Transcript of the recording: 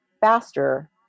faster